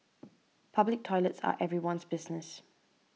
public toilets are everyone's business